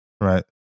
Right